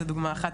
זה דוגמא אחת,